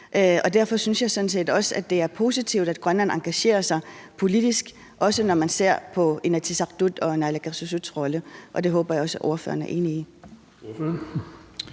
Og derfor synes jeg sådan set også, det er positivt, at Grønland engagerer sig politisk, også når man ser på Inatsisartuts og naalakkersuisuts rolle, og det håber jeg også at ordføreren er enig i.